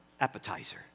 appetizer